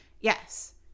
Yes